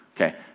Okay